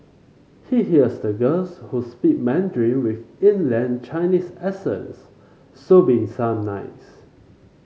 he hears the girls who speak Mandarin with inland Chinese accents sobbing some nights